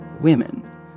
women